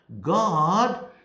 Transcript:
God